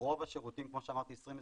רוב השירותים, כמו שאמרתי, ב-2021,